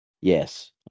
Yes